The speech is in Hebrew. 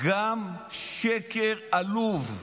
גם שקר עלוב.